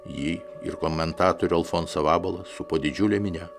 jį ir komentatorių alfonsą vabalą supo didžiulė minia